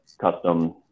custom